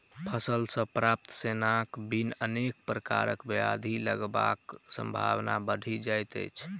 फल सॅ प्राप्त सोनक बिन अनेक प्रकारक ब्याधि लगबाक संभावना बढ़ि जाइत अछि